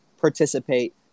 participate